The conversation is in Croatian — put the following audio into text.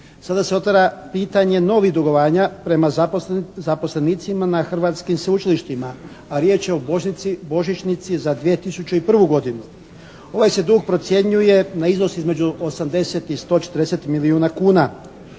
sada se otvara pitanje novih dugovanja prema zaposlenicima na hrvatskim sveučilištima, a riječ je o božićnici za 2001. godinu. Ovaj se dug procjenjuje na iznos između 80 i 140 milijuna kuna.